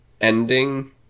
ending